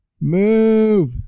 move